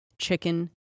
chicken